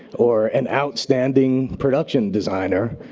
or an outstanding production designer,